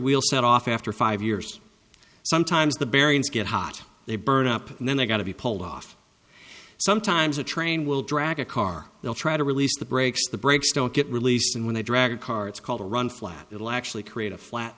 wheel set off after five years sometimes the bearings get hot they burn up and then they got to be pulled off sometimes the train will drag a car they'll try to release the brakes the brakes don't get released and when they drag a car it's called a run flat it will actually create a flat